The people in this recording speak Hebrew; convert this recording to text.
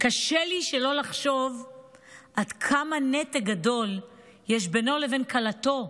קשה לי שלא לחשוב עד כמה נתק גדול יש בינו לבין כלתו,